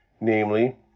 namely